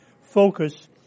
focus